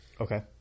Okay